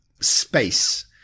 space